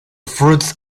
fruits